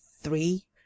three